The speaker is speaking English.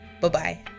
Bye-bye